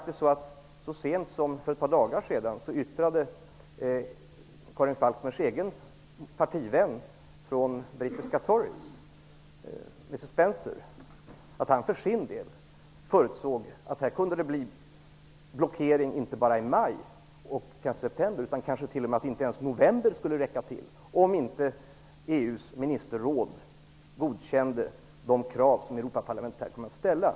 Så sent som för ett par dagar sedan yttrade Karin Spencer, att han för sin del förutsåg att det kunde bli blockering inte bara i maj och september, utan kanske t.o.m. i november, om EU:s ministerråd inte godkände de krav som Europaparlamentet här kommer att ställa.